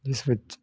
ਜਿਸ ਵਿਚ